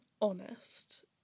honest